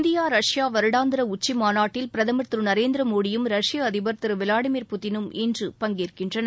இந்திய ரஷ்ய வருடாந்திர உச்சி மாநாட்டில் பிரதமர் திரு நரேந்திர மோடியும் ரஷ்ய அதிபர் திரு விளாடிமீர் புட்டினும் இன்று பங்கேற்கின்றனர்